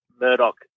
Murdoch